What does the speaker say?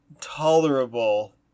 tolerable